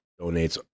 donates